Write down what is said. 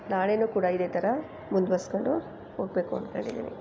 ನಾಳೆಯೂ ಕೂಡ ಇದೇ ಥರ ಮುಂದುವರೆಸ್ಕೊಂಡು ಹೋಗಬೇಕು ಅಂದ್ಕೊಂಡಿದ್ದೀನಿ